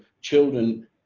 children